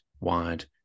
Wired